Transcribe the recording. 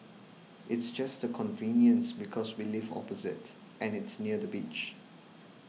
it's just the convenience because we live opposite and it's near the beach